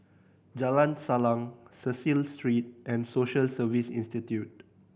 Jalan Salang Cecil Street and Social Service Institute